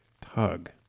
tug